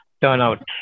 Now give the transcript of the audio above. turnout